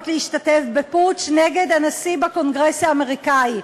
להשתתף בפוטש נגד הנשיא בקונגרס האמריקני.